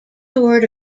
toured